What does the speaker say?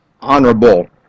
honorable